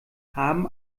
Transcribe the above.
haben